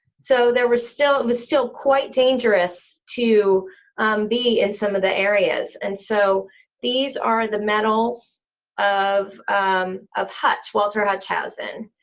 so was still was still quite dangerous to be in some of the areas. and so these are the medals of of hutch, walter hutchausen.